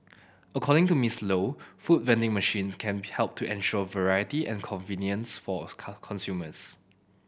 according to Miss Low food vending machines can help to ensure variety and convenience for consumers